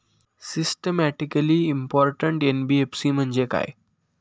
Systematically important NBFC म्हणजे काय?